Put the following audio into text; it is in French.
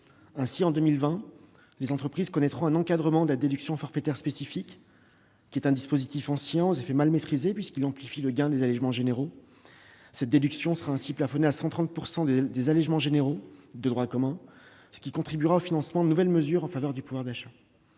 ainsi, en 2020, elles connaîtront un encadrement de la déduction forfaitaire spécifique, qui est un dispositif ancien aux effets mal maîtrisés, puisqu'il amplifie le gain des allégements généraux. Cette déduction sera plafonnée à 130 % des allégements généraux de droit commun, ce qui contribuera au financement de nouvelles mesures en faveur du pouvoir d'achat.